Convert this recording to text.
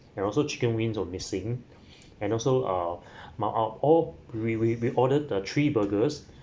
and also chicken wings all missing and also uh marked out all really we ordered the three burgers